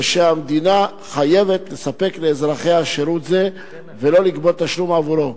ושהמדינה חייבת לספק לאזרחיה שירות זה ולא לגבות תשלום עבורו.